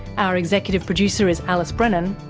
our executive producer is alice brennan.